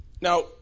now